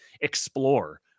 explore